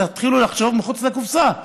תתחילו לחשוב מחוץ לקופסה.